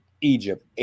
egypt